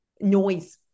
noise